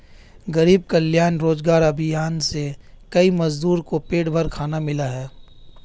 गरीब कल्याण रोजगार अभियान से कई मजदूर को पेट भर खाना मिला है